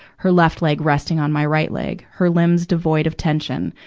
her left leg resting on my right leg, her limbs devoid of tension,